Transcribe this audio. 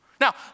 Now